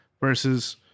versus